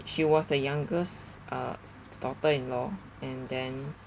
she was the youngest uh daughter-in-law and then